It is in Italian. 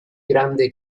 grande